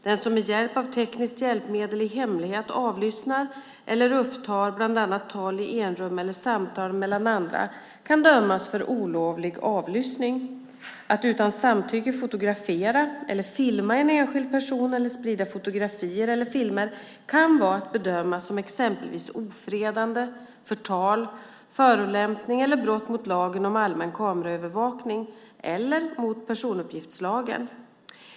Den som med hjälp av tekniskt hjälpmedel i hemlighet avlyssnar eller upptar bland annat tal i enrum eller samtal mellan andra kan dömas för olovlig avlyssning. Att utan samtycke fotografera eller filma en enskild person eller sprida fotografier eller filmer kan vara att bedömas som exempelvis ofredande, förtal, förolämpning eller brott mot lagen om allmän kameraövervakning eller mot personuppgiftslagen.